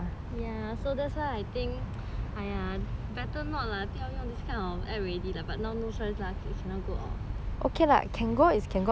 !aiya! better not lah 不要用 these kind of app already lah but now no choice lah cannot cannot go out okay lah